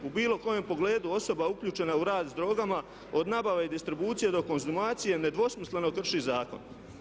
U bilo kojem pogledu osoba uključena u rad s drogama od nabave i distribucije, do konzumacije nedvosmisleno krši zakon.